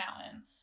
mountain